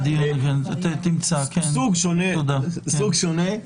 סוג שונה,